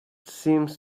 seems